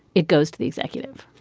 it goes to the executive.